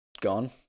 gone